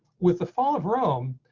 with the fall of rome,